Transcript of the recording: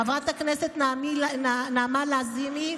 חברת הכנסת נעמה לזימי,